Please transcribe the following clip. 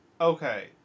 Okay